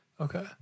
Okay